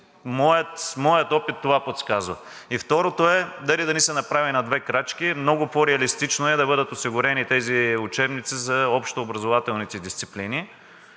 моят опит това подсказва. И второто е, дали да не се направи на две крачки. Много по-реалистично е да бъдат осигурени тези учебници за общообразователните дисциплини,